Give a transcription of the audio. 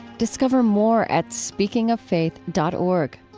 discover more at speakingoffaith dot org.